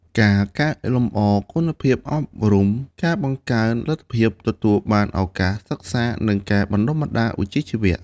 ការកែលម្អគុណភាពអប់រំ ការបង្កើនលទ្ធភាពទទួលបានឱកាសសិក្សា និងការបណ្តុះបណ្តាលវិជ្ជាជីវៈ។